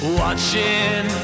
watching